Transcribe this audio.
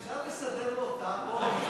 אפשר לסדר לו תא פה?